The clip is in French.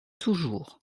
toujours